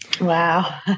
Wow